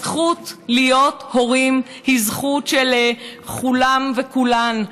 הזכות להיות הורים היא זכות של כולם וכולן.